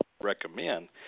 recommend